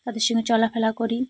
তাদের সঙ্গে চলাফেরা করি